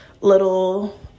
little